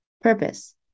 Purpose